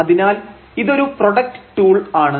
അതിനാൽ ഇതൊരു product tool ആണ്